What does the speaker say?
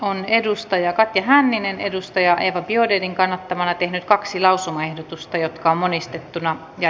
katja hänninen on eva biaudetn kannattamana tehnyt kaksi lausumaehdotusta jotka monistettuna ja